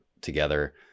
together